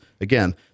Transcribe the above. again